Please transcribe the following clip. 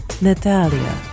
Natalia